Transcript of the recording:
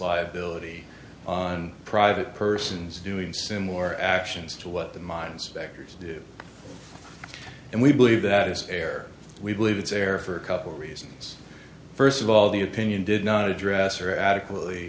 liability on private persons doing similar actions to what the mines actors do and we believe that is fair we believe it's air for a couple reasons first of all the opinion did not address or adequately